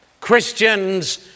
Christians